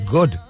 Good